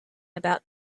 about